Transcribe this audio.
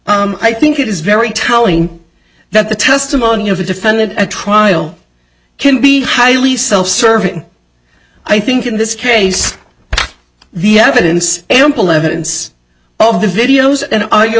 i think it is very telling that the testimony of the defendant at trial can be highly self serving i think in this case the evidence ample evidence of the videos and audio